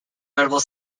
notable